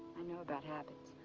i know about habits.